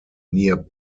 near